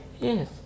Yes